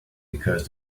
because